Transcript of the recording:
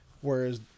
Whereas